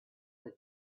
the